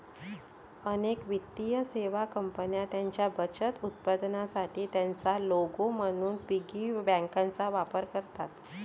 अनेक वित्तीय सेवा कंपन्या त्यांच्या बचत उत्पादनांसाठी त्यांचा लोगो म्हणून पिगी बँकांचा वापर करतात